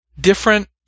different